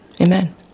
Amen